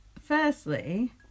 Firstly